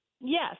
Yes